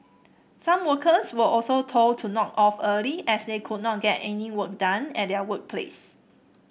some workers were also told to knock off early as they could not get any work done at their workplace